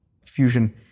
fusion